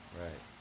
right